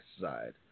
side